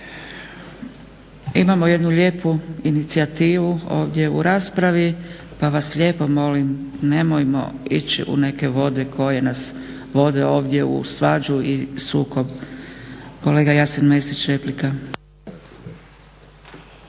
Imamo jednu lijepu inicijativu ovdje u raspravi, pa vas lijepo molim nemojmo ići u neke vode koje nas vode ovdje u svađu i sukob. Kolega Jasen Mesić, replika.